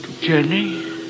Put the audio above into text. Jenny